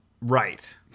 Right